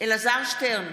אלעזר שטרן,